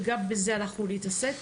וגם בזה אנחנו נתעסק,